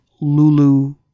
Lulu